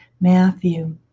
Matthew